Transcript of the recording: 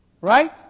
right